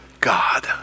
God